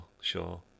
sure